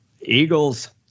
eagles